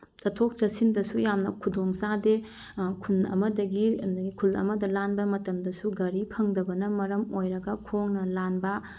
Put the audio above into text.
ꯆꯠꯊꯣꯛ ꯆꯠꯁꯤꯟꯗꯁꯨ ꯌꯥꯝꯅ ꯈꯨꯗꯣꯡ ꯆꯥꯗꯦ ꯈꯨꯟ ꯑꯃꯗꯒꯤ ꯑꯗꯒꯤ ꯈꯨꯟ ꯑꯃꯗ ꯂꯥꯟꯕ ꯃꯇꯝꯗꯁꯨ ꯒꯥꯔꯤ ꯐꯪꯗꯕꯅ ꯃꯔꯝ ꯑꯣꯏꯔꯒ ꯈꯣꯡꯅ ꯂꯥꯟꯕ